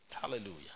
Hallelujah